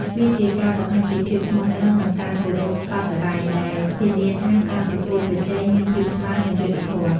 វាជាការបង្ហាញពីភាពស្មោះត្រង់ និងការគោរពច្បាប់ល្បែង ដែលធានាថាការប្រកួតប្រជែងមានភាពស្មើរ និងយុត្តិធម៌។